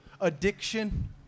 addiction